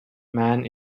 man